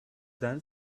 done